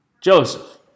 Joseph